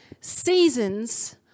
seasons